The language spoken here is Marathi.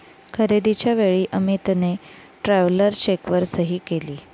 खरेदीच्या वेळी अमितने ट्रॅव्हलर चेकवर सही केली